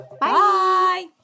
Bye